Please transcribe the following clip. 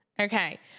okay